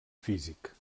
físic